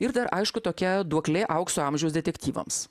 ir aišku tokia duoklė aukso amžiaus detektyvams